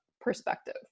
perspective